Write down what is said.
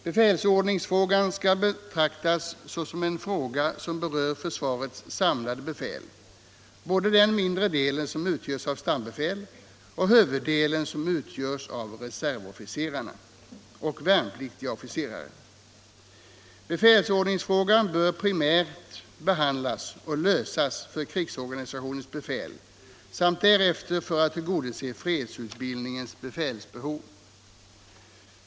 Befälsordningsfrågan skall betraktas som en fråga som berör försvarets samlade befäl — både den mindre delen som utgörs av stambefäl och huvuddelen som utgörs av reservofficerare och värnpliktiga officerare. Befälsordningsfrågan bör primärt behandlas och lösas för krigsorganisationens befäl samt därefter för att tillgodose fredsutbildningens befälsbehov.